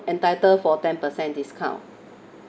entitle for ten percent discount